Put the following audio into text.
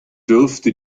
dürfte